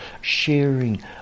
sharing